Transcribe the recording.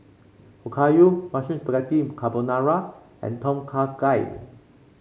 Okayu Mushroom Spaghetti Carbonara and Tom Kha Gai